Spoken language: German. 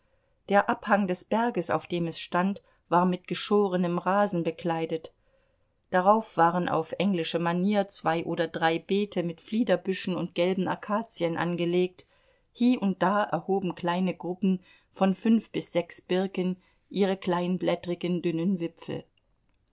der abhang des berges auf dem es stand war mit geschorenem rasen bekleidet darauf waren auf englische manier zwei oder drei beete mit fliederbüschen und gelben akazien angelegt hie und da erhoben kleine gruppen von fünf bis sechs birken ihre kleinblättrigen dünnen wipfel